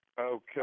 Okay